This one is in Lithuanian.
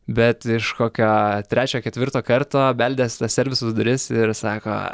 bet iš kokio trečio ketvirto karto beldęs servisus duris ir sako